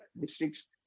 districts